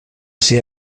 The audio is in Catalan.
ser